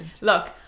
look